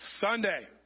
Sunday